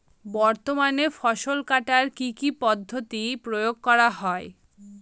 বর্তমানে ফসল কাটার কি কি পদ্ধতি প্রয়োগ করা হয়?